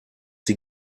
sie